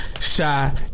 Shy